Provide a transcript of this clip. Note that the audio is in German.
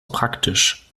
praktisch